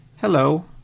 hello